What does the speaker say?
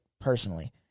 personally